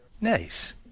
Nice